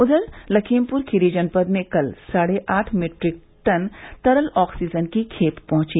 उधर लखीमपुर खीरी जनपद में कल साढ़े आठ मीट्रिक टन तरल ऑक्सीजन की खेप पहुंची